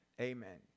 Amen